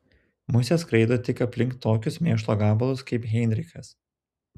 musės skraido tik aplink tokius mėšlo gabalus kaip heinrichas